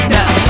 Now